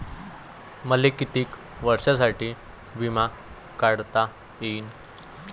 मले कितीक वर्षासाठी बिमा काढता येईन?